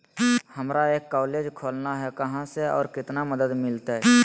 हमरा एक कॉलेज खोलना है, कहा से और कितना मदद मिलतैय?